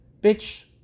Bitch